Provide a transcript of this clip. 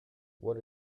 what